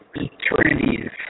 eternities